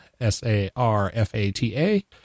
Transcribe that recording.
S-A-R-F-A-T-A